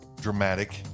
dramatic